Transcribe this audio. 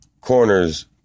corners